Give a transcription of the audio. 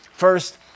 First